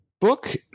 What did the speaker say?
book